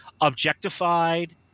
objectified